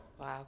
wow